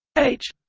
h